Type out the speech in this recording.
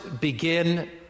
begin